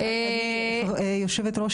היושבת-ראש,